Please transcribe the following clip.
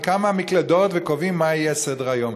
כמה מקלדות וקובעים מה יהיה סדר-היום,